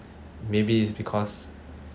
maybe it's because